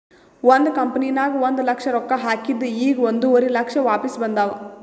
ಒಂದ್ ಕಂಪನಿನಾಗ್ ಒಂದ್ ಲಕ್ಷ ರೊಕ್ಕಾ ಹಾಕಿದ್ ಈಗ್ ಒಂದುವರಿ ಲಕ್ಷ ವಾಪಿಸ್ ಬಂದಾವ್